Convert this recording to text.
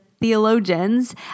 theologians